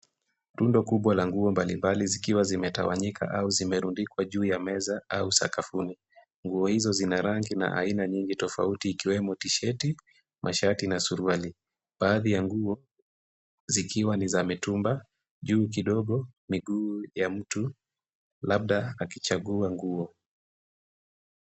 Rundo kubwa la nguo mbalimbali zikiwa zimetawanyika au zimerundikwa juu ya meza au sakafuni. Nguo hizo zina rangi na aina nyingi tofauti ikiwemo tisheti, mashati na suruali. Baadhi ya nguo zikiwa ni za mitumba. Juu kidogo, miguu ya mtu, labda akichagua nguo.